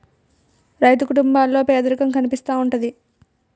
రైతు కుటుంబాల్లో పేదరికం కనిపిస్తా ఉంటది